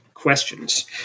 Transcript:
Questions